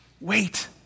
Wait